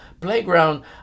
playground